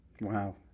wow